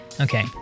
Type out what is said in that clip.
Okay